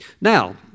Now